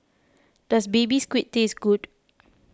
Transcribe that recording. does Baby Squid taste good